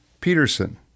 Peterson